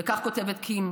וכך כותבת קים: